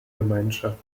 gemeinschaft